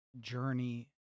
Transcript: journey